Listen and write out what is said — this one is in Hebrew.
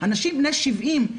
אנשים בני 70,